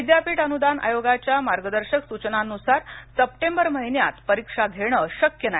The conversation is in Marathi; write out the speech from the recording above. विद्यापीठ अनुदान आयोगाच्या मार्गदर्शक सूचनांनुसार सप्टेंबर महिन्यात परिक्षा घेणं शक्य नाही